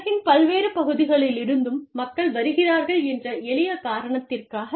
உலகின் பல்வேறு பகுதிகளிலிருந்தும் மக்கள் வருகிறார்கள் என்ற எளிய காரணத்திற்காக